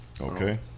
Okay